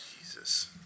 Jesus